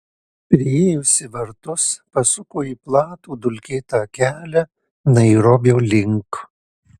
priėjusi vartus pasuko į platų dulkėtą kelią nairobio link